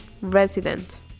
resident